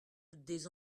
des